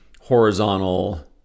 horizontal